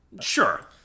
Sure